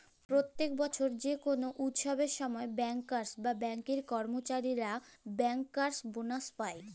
প্যত্তেক বসর যে কল উচ্ছবের সময় ব্যাংকার্স বা ব্যাংকের কম্মচারীরা ব্যাংকার্স বলাস পায়